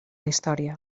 història